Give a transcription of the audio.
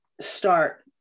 start